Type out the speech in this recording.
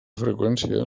freqüència